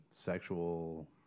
sexual